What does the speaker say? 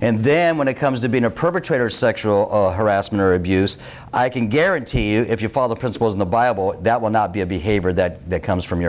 and then when it comes to being a perpetrator of sexual harassment or abuse i can guarantee you if you follow the principles in the bible that will not be a behavior that comes from your